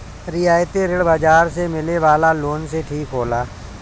रियायती ऋण बाजार से मिले वाला लोन से ठीक होला